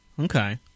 Okay